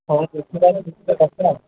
ହେଉ ଦେଖିବାରେ କିଛିଟା କଷ୍ଟ ଆଉ